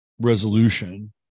resolution